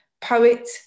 poet